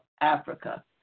Africa